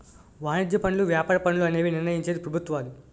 వాణిజ్య పనులు వ్యాపార పన్నులు అనేవి నిర్ణయించేది ప్రభుత్వాలు